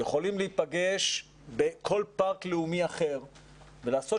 יכולים להיפגש בכל פארק לאומי אחר ולעשות